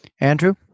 Andrew